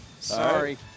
Sorry